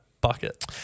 bucket